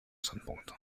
standpunkt